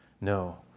no